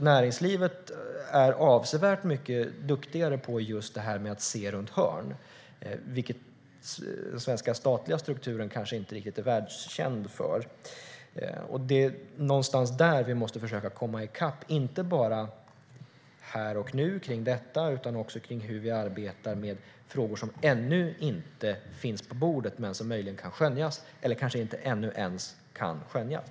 Näringslivet är avsevärt mycket duktigare på att se runt hörn, vilket den svenska statliga strukturen kanske inte riktigt är världskänd för. Det är någonstans där vi måste försöka komma i kapp inte bara här och nu om detta utan också om hur vi arbetar med frågor som ännu inte finns på bordet men som möjligen kan skönjas eller kanske inte ännu ens kan skönjas.